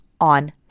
on